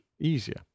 easier